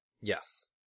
Yes